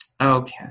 Okay